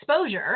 exposure